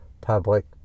public